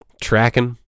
tracking